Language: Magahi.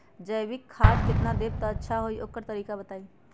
जैविक खाद केतना देब त अच्छा होइ ओकर तरीका बताई?